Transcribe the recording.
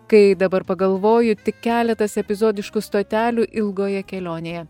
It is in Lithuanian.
kai dabar pagalvoju tik keletas epizodiškų stotelių ilgoje kelionėje